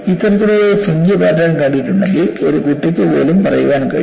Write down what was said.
ഇത്തരത്തിലുള്ള ഒരു fringe pattern കണ്ടിട്ടുണ്ടെങ്കിൽ ഒരു കുട്ടിക്ക് പോലും പറയാൻ കഴിയും